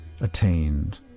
attained